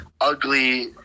ugly